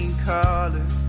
colors